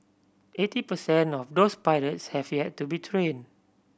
eighty per cent of those pilots have yet to be train